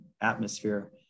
atmosphere